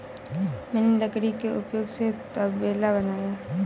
मैंने लकड़ी के उपयोग से तबेला बनाया